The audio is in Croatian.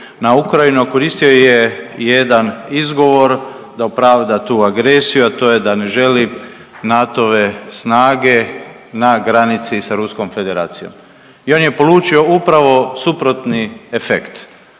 na Ukrajinu, a koristio je i jedan izgovor da opravda tu agresiju, a to je da ne želi NATO-ve snage na granici sa Ruskom Federacijom. I on je polučio upravo suprotni efekt.